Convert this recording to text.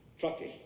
Trucking